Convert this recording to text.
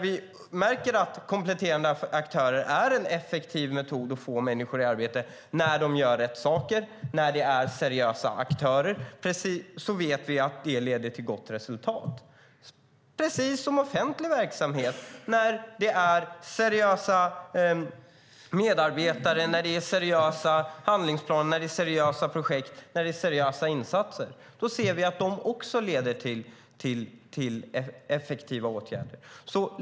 Vi märker att kompletterande aktörer är en effektiv metod att få människor i arbete när de gör rätt saker och är seriösa aktörer. Vi vet att det leder till gott resultat. Det är precis som i offentlig verksamhet när det är seriösa medarbetare, seriösa handlingsplaner, seriösa projekt och seriösa insatser. Då ser vi att det också leder till effektiva åtgärder.